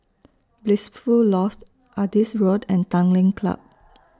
Blissful Loft Adis Road and Tanglin Club